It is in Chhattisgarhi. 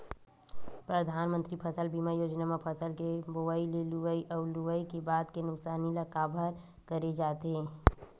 परधानमंतरी फसल बीमा योजना म फसल के बोवई ले लुवई अउ लुवई के बाद के नुकसानी ल कभर करे जाथे